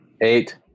Eight